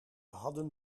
hadden